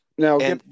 Now